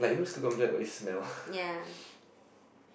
yeah